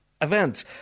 Event